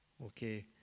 Okay